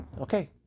Okay